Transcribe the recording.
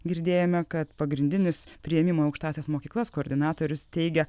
girdėjome kad pagrindinis priėmimo į aukštąsias mokyklas koordinatorius teigia